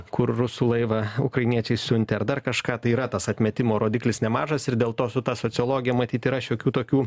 kur rusų laivą ukrainiečiai siuntė ar dar kažką tai yra tas atmetimo rodiklis nemažas ir dėl to su ta sociologija matyt yra šiokių tokių